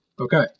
Okay